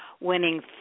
winning